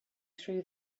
through